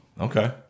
okay